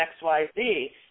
XYZ